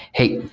hey,